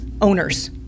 owners